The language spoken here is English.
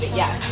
yes